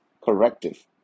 corrective